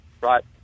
right